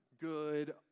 good